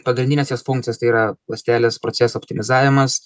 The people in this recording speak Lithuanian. pagrindinės jos funkcijos tai yra ląstelės procesų optimizavimas